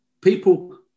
people